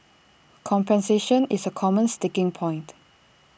compensation is A common sticking point